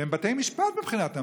שהם בתי משפט מבחינת המדינה,